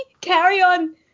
carry-on